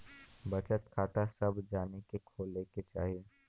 बचत खाता सभ जानी के खोले के चाही